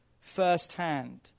firsthand